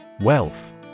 Wealth